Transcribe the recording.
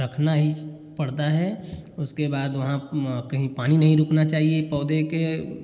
रखना ही पड़ता है उसके बाद वहाँ कहीं पानी नहीं रुकना चाहिए पौधे के